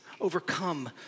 overcome